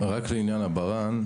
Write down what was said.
רק בעניין הברה"ן,